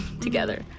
together